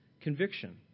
conviction